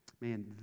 Man